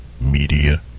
Media